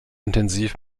intensiv